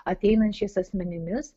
ateinančiais asmenimis